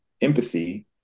empathy